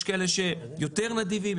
יש כאלה שהם יותר נדיבים,